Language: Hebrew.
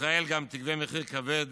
וישראל גם תגבה מחיר כבד